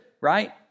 right